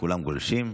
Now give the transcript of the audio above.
כולם גולשים.